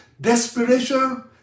desperation